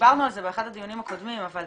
דיברנו על זה באחד הדיונים הקודמים, אבל